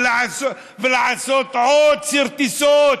ולעשות עוצר טיסות.